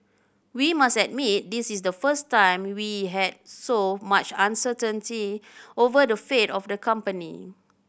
we must admit this is the first time we had so much uncertainty over the fate of the company